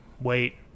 Wait